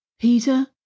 Peter